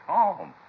Home